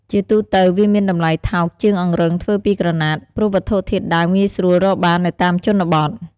ជាទូទៅ វាមានតម្លៃថោកជាងអង្រឹងធ្វើពីក្រណាត់ ព្រោះវត្ថុធាតុដើមងាយស្រួលរកបាននៅតាមជនបទ។